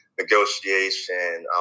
negotiation